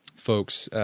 folks